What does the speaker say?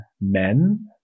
men